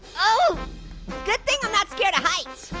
oh good thing i'm not scared of heights.